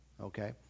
okay